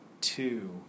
two